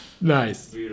Nice